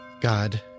God